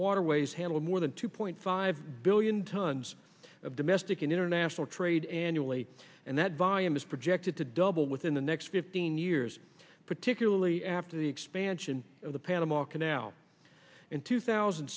waterways handle more than two point five billion tons of domestic and international trade annually and that volume is projected to double within the next fifteen years particularly after the expansion of the panama canal in two thousand